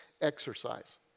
exercise